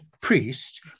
priest